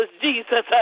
Jesus